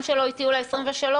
שלו איתי הוא לכנסת העשרים-ושלוש?